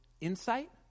insight